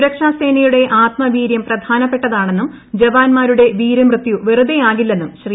സുരക്ഷാസേനയുടെ ആത്മവീര്യം പ്രധാനപ്പെട്ട താണെന്നും ജവാൻമാരുടെ വീരമൃത്യും വെറുതേയാകില്ലെന്നും ശ്രീ